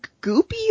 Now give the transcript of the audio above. goopy